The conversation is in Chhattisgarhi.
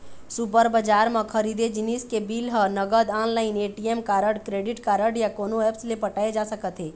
सुपर बजार म खरीदे जिनिस के बिल ह नगद, online, ATM card, credit card या कोनो ऐप्स ले पटाए जा सकत हे